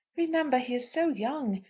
remember he is so young.